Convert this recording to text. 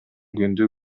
күндү